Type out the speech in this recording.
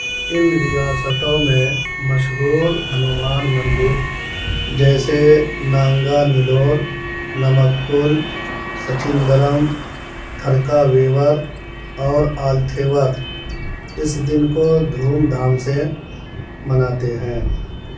ان ریاستوں میں مشہور ہنومان مندر جیسے نانگا نلور نمککل سچندرم تھرکا ویور اور آلتھیور اس دن کو دھوم دھام سے مناتے ہیں